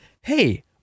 hey